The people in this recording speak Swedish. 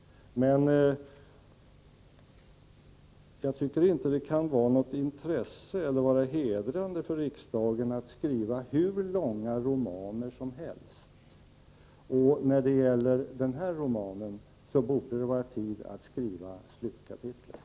Men jag tycker inte det kan vara hedrande för riksdagen att skriva hur långa romaner som helst. När det gäller den här romanen borde det nu vara dags att skriva slutkapitlet.